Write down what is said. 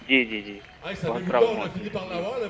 جی جی جی بہت پرابلم ہوتی ہے سر جی